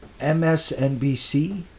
MSNBC